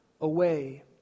away